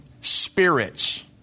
spirits